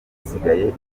isigaye